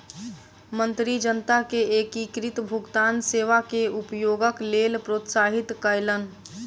मंत्री जनता के एकीकृत भुगतान सेवा के उपयोगक लेल प्रोत्साहित कयलैन